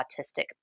autistic